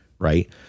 right